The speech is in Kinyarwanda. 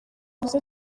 avuze